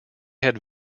had